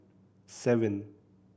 seven